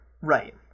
right